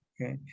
Okay